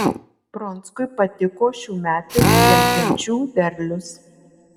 pronckui patiko šiųmetis žiemkenčių derlius